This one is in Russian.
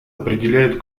определяет